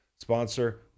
Sponsor